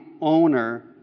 owner